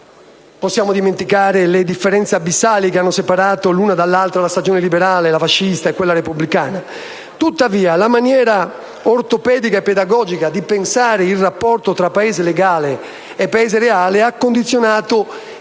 possiamo dimenticare le differenze abissali che hanno separato l'una dall'altra la stagione liberale, la fascista e quella repubblicana. Tuttavia, la maniera ortopedica e pedagogica di pensare il rapporto tra Paese legale e Paese reale ha condizionato in